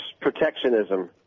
protectionism